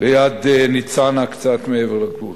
ליד ניצנה, קצת מעבר לגבול.